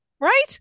Right